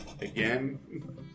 again